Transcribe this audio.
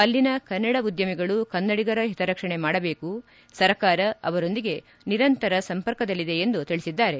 ಅಲ್ಲಿನ ಕನ್ನಡ ಉದ್ಕಮಿಗಳು ಕನ್ನಡಿಗರ ಹಿತರಕ್ಷಣೆ ಮಾಡಬೇಕು ಸರ್ಕಾರ ಅವರೊಂದಿಗೆ ನಿರಂತರ ಸಂಪರ್ಕದಲ್ಲಿದೆ ಎಂದು ತಿಳಿಸಿದ್ದಾರೆ